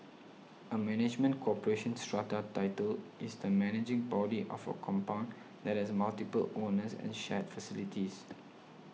a management corporation strata title is the managing body of a compound that has multiple owners and shared facilities